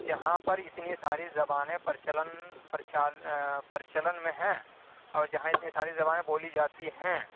جہاں پر اتنی ساری زبانیں پرچلن پرچلن میں ہیں اور جہاں اتنی ساری زبانیں بولی جاتی ہیں